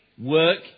work